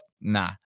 Nah